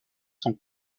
sont